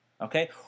okay